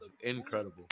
Incredible